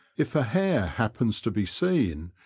if a hare happens to be seen,